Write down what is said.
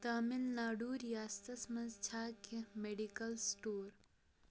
تامِل ناڈوٗ ریاستس مَنٛز چھا کینٛہہ میڈیکل سٹور